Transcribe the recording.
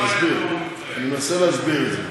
אני אסביר, אני מנסה להסביר את זה.